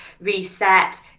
reset